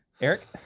Eric